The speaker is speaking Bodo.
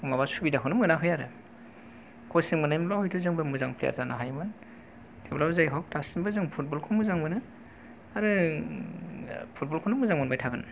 माबा सुबिदाखौनो मोनाखै आरो कसिं मोननाय मोनब्ला हयथ' जोंबो मोजां प्लेयार जानो हागौमोन थेवब्लाबो जाय हक दासिमबो जोङो फुटबल खौ मोजां मोनो आरो फुटबल खौनो मोजां मोनबाय थागोन